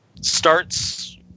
Starts